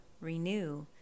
renew